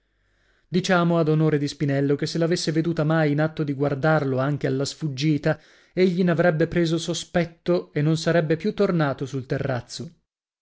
diciamo ad onore di spinello che se l'avesse veduta mai in atto di guardarlo anche alla sfuggita egli n'avrebbe preso sospetto e non sarebbe più tornato sul terrazzo